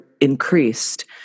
increased